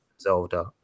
Zelda